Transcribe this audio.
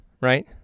right